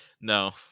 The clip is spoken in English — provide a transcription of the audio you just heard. No